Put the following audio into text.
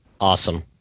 awesome